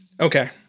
Okay